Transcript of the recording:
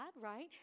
right